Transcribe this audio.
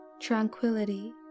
tranquility